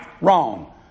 Wrong